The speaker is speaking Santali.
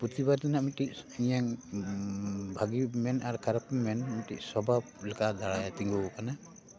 ᱯᱨᱚᱛᱤᱵᱟᱫᱽ ᱨᱮᱱᱟᱜ ᱢᱤᱫᱴᱟᱝ ᱤᱧᱟᱹᱜ ᱵᱷᱟᱹᱜᱤᱢ ᱢᱮᱱ ᱟᱨ ᱠᱷᱟᱨᱟᱯᱮᱢ ᱢᱮᱱ ᱢᱤᱫᱴᱮᱱ ᱥᱚᱵᱷᱟᱵᱽ ᱞᱮᱠᱟ ᱛᱤᱸᱜᱩᱣ ᱟᱠᱟᱱᱟ